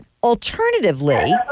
alternatively